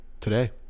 Today